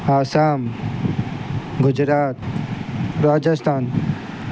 Assam Gujarat Rajasthan